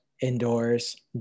indoors